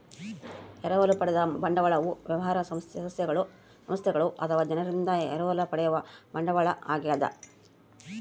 ಎರವಲು ಪಡೆದ ಬಂಡವಾಳವು ವ್ಯವಹಾರ ಸಂಸ್ಥೆಗಳು ಅಥವಾ ಜನರಿಂದ ಎರವಲು ಪಡೆಯುವ ಬಂಡವಾಳ ಆಗ್ಯದ